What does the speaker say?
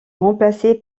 remplacé